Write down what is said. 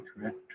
correct